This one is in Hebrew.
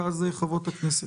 ואחריו חברות הכנסת.